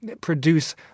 produce